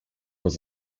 was